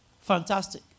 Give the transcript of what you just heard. Fantastic